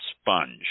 sponge